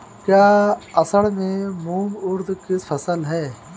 क्या असड़ में मूंग उर्द कि फसल है?